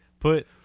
Put